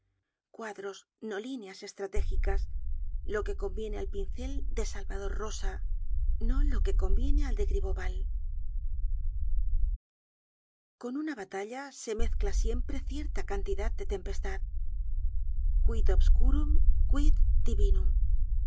cuadros no líneas estratégicas lo que conviene al pincel de salvador rosa no lo que conviene al de gribeauval con una batalla se mezcla siempre cierta cantidad de tempestad quid obscurum